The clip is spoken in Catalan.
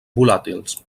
volàtils